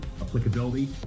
applicability